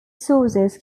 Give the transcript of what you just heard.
sources